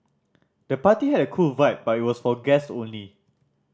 the party had a cool vibe but was for guests only